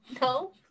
No